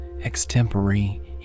extempore